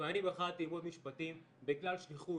אבל אני בחרתי ללמוד משפטים בגלל שליחות.